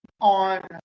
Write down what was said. on